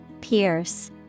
Pierce